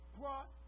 brought